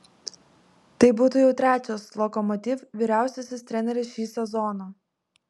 tai būtų jau trečias lokomotiv vyriausiasis treneris šį sezoną